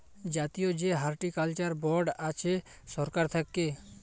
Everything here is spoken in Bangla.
জাতীয় যে হর্টিকালচার বর্ড আছে সরকার থাক্যে